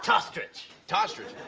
tostrich. tostrich?